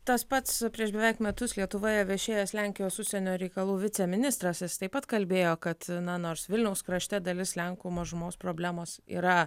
tas pats prieš beveik metus lietuvoje viešėjęs lenkijos užsienio reikalų viceministras taip pat kalbėjo kad na nors vilniaus krašte dalis lenkų mažumos problemos yra